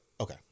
Okay